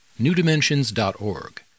newdimensions.org